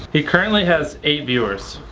he currently has eight viewers.